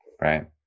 right